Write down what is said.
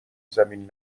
زمین